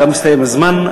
גם הסתיים הזמן.